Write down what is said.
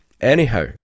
Anyhow